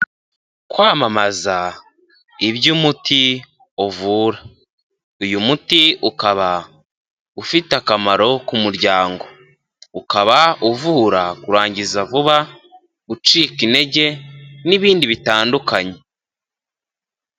Kwamamaza iby'umuti uvura, uyu muti ukaba ufite akamaro ku muryango, ukaba uvura kurangiza vuba, gucika intege n'ibindi bitandukanye.